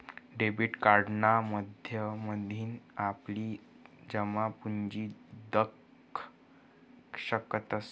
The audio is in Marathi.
डेबिट कार्डना माध्यमथीन आपली जमापुंजी दखु शकतंस